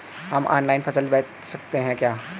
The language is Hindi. हम ऑनलाइन फसल बेच सकते हैं क्या?